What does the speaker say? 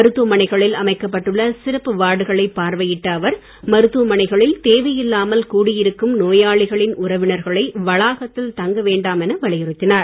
மருத்துவமனைகளில் அமைக்கப்பட்டுள்ள சிறப்பு வார்டுகளை பார்வையிட்ட அவர் மருத்துவமனைகளில் தேவையில்லாமல் கூடி இருக்கும் நோயாளிகளின் உறவினர்களை வளாகத்தில் தங்க வேண்டாம் என்று வலியுறுத்தினார்